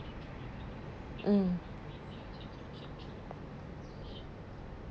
mm